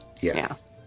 Yes